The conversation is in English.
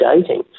dating